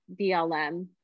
BLM